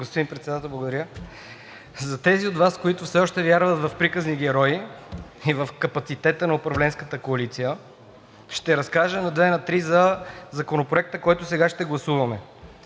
Господин Председател, благодаря. За тези от Вас, които все още вярват в приказни герои и в капацитета на управленската коалиция, ще разкажа надве-натри за Законопроекта, който сега ще гласуваме.